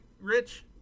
Rich